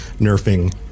nerfing